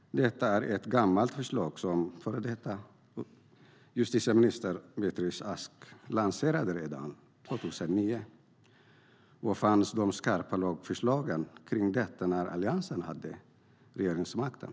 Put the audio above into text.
Detta är ett gammalt förslag som den förra justitieministern Beatrice Ask lanserade redan 2009. Var fanns de skarpa lagförslagen om detta när Alliansen hade regeringsmakten?